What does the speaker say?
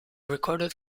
recorded